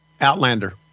Outlander